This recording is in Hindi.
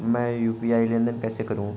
मैं यू.पी.आई लेनदेन कैसे करूँ?